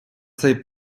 цей